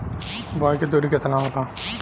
बुआई के दुरी केतना होला?